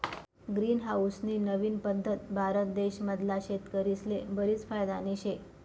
green house नी नवीन पद्धत भारत देश मधला शेतकरीस्ले बरीच फायदानी शे